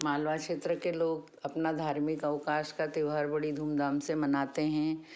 मालवा क्षेत्र के लोग अपना धार्मिक अवकाश का त्योहार बड़ी धूम धाम से मनाते हैं